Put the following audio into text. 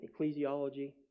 ecclesiology